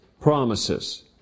promises